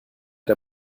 der